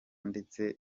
ndetse